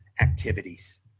activities